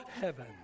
heaven